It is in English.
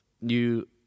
new